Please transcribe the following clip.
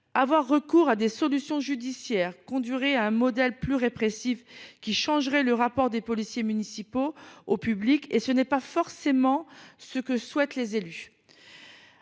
Opter pour des solutions judiciaires, c’est choisir un modèle plus répressif, qui changerait le rapport des policiers municipaux au public ; ce n’est pas forcément ce que souhaitent les élus.